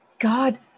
God